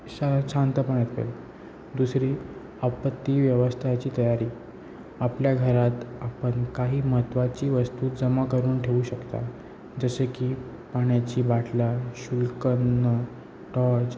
छा शांतपणे पे दुसरी आपत्ती व्यवस्थाची तयारी आपल्या घरात आपण काही महत्त्वाची वस्तू जमा करून ठेऊ शकता जसे की पाण्याची बाटला शुल्कन टॉर्च